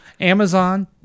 Amazon